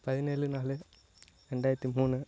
பதினேழு நாலு ரெண்டாயிரத்தி மூணு